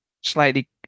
slightly